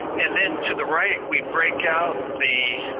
and then to the right, we break out the